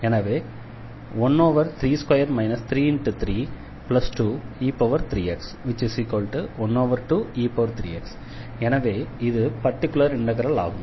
எனவே 132 3×32e3x 12e3x எனவே இது பர்டிகுலர் இண்டெக்ரல் ஆகும்